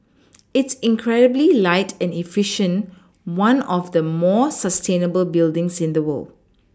it's incredibly light and efficient one of the more sustainable buildings in the world